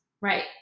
right